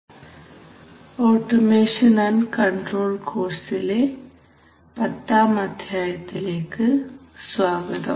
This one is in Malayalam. ഇൻഡസ്ട്രിയൽ ഓട്ടോമേഷൻ ആൻഡ് കൺട്രോൾ കോഴ്സിലെ പത്താം അധ്യായത്തിലേക്ക് സ്വാഗതം